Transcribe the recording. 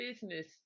business